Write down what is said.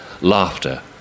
Laughter